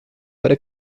para